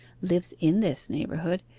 lives in this neighbourhood,